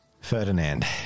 Ferdinand